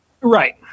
Right